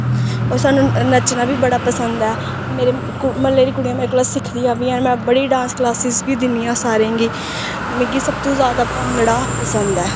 और स्हानू नच्चना बी बड़ा पसंद ऐ मेरे म्ह्ल्ले दी कुड़ियां मेरे कोला सिखदियां बी हैन मैं बड़ी डांस कलासिस बी दिन्नियां आं सारें गी मिकी सब तूं जादा भांगड़ा पसंद ऐ